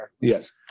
Yes